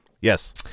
Yes